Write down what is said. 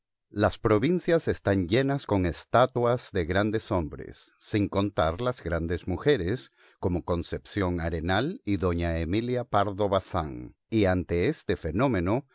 las provincias están llenas con estatuas de grandes hombres sin contar las grandes mujeres como concepción arenal y doña emilia pardo bazán y ante este fenómeno